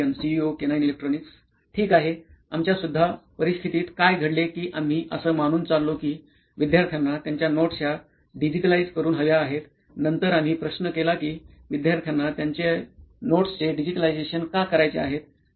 Nitin Kurian COO canine electronics ठीक आहे आमच्या सुद्धा परिस्थितीत काय घडले कि आम्ही असं मानून चाललो कि विद्यार्थ्याना त्यांच्या नोट्स ह्या डिजिटलाईझ करून हव्या आहेत नन्तर आम्ही प्रश्न केला कि विद्यार्थ्याना त्यांच्या नोट्सचे डिजिटलायझेशन का करायचे आहेत